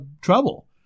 trouble